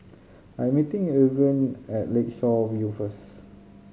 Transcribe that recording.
I am meeting Irven at Lakeshore View first